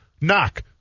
Knock